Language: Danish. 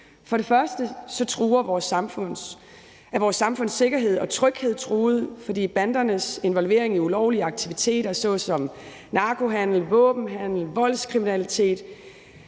For det første er vores samfunds sikkerhed og tryghed truet, fordi bandernes involvering i ulovlige aktiviteter såsom narkohandel, våbenhandel, voldskriminalitet